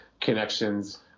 connections